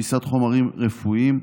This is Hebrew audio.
תפיסת חומרים רפואיים,